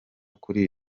kuri